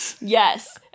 Yes